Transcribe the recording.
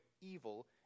evil